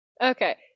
Okay